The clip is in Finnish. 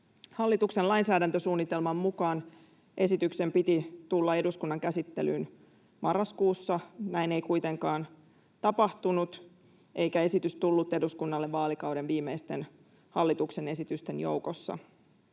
Hallituksen lainsäädäntösuunnitelman mukaan esityksen piti tulla eduskunnan käsittelyyn marraskuussa. Näin ei kuitenkaan tapahtunut, eikä esitys tullut eduskunnalle vaalikauden viimeisten hallituksen esitysten joukossa.